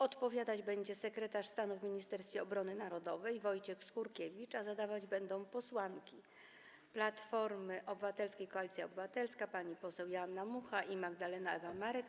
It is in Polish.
Odpowiadać będzie sekretarz stanu w Ministerstwie Obrony Narodowej Wojciech Skurkiewicz, a zadawać je będą posłanki Platformy Obywatelskiej - Koalicji Obywatelskiej pani poseł Joanna Mucha i pani poseł Magdalena Ewa Marek.